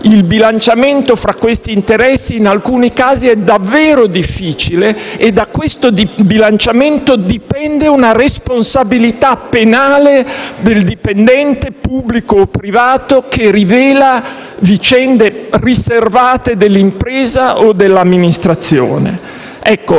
Il bilanciamento tra questi interessi in alcuni casi è davvero difficile; e da questo bilanciamento dipende una responsabilità penale del dipendente pubblico o privato che riveli vicende riservate dell'impresa o dell'amministrazione. Il